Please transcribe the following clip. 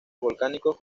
volcánicos